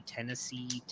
Tennessee